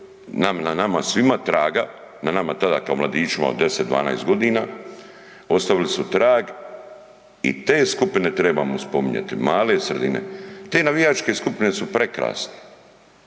na nama svima traga, na nama tada kao mladićima od 10, 12 g., ostavili su trag i te skupine trebamo spominjati, male sredine. Te navijačke skupine su prekrasne,